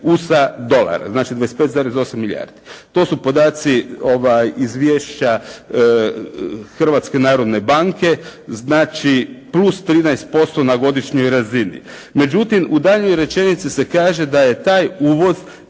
USA dolara, znači 25,8 milijardi, to su podaci, izvješća Hrvatske narodne banke, znači plus 13% na godišnjoj razini. Međutim, u daljnjoj rečenici se kaže da je taj uvoz